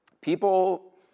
people